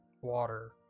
water